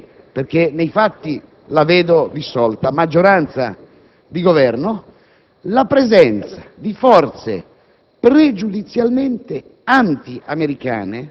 che mette in qualche modo a repentaglio anche la vita del Governo. In realtà, quello che si dimostra è che nel nostro Paese, nel Parlamento